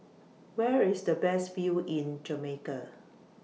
Where IS The Best View in Jamaica